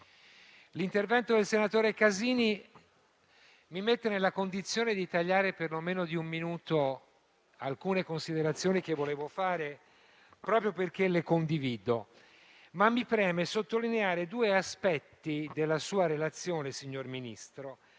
L'intervento del senatore Casini mi mette nella condizione di tagliare per lo meno di un minuto alcune considerazioni che volevo fare, proprio perché lo condivido. Mi preme, però, sottolineare due aspetti della sua relazione, signor Ministro,